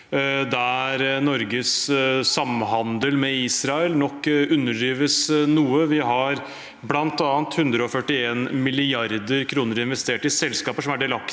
der Norges samhandel med Israel nok underdrives noe. Vi har bl.a. 141 mrd. kr investert i selskaper som er delaktige